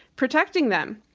protecting them?